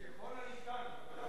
ככל הניתן.